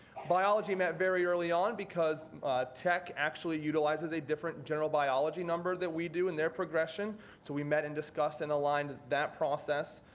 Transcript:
biology met very early on because tech actually utilizes a different general biology number than we do in their progression so we met and discussed and aligned that process.